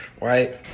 right